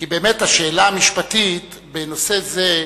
כי באמת השאלה המשפטית בנושא זה,